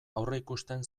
aurreikusten